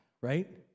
right